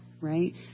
right